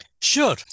Sure